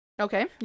Okay